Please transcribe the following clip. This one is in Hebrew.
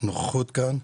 הנוכחות כאן.